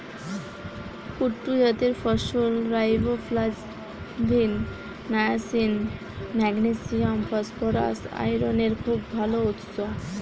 কুট্টু জাতের ফসল riboflavin, niacin, magnesium, phosphorus, আয়রনের খুব ভাল উৎস